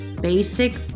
basic